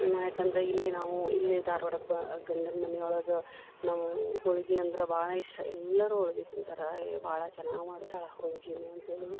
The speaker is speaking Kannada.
ಯಾಕಂದರೆ ಇಲ್ಲಿ ನಾವು ಇಲ್ಲಿ ಧಾರವಾಡಕ್ಕೆ ಬ ಗಂಡನ ಮನೆ ಒಳಗ ನಾವು ಹೋಳಿಗೆ ಅಂದ್ರ ಭಾಳನೆ ಇಷ್ಟ ಎಲ್ಲರು ಹೋಳಿಗಿ ತಿಂತಾರ ಈ ಭಾಳ ಚೆನ್ನಾಗ್ ಮಾಡ್ತಳ ಹೋಳ್ಗಿನ ಅಂತೇಳಿದ್ವಿ